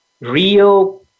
real